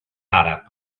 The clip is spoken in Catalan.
àrab